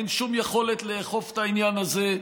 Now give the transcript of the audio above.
אין שום יכולת לאכוף את העניין הזה,